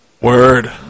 Word